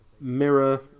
mirror